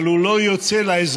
אבל הוא לא יוצא לאזרח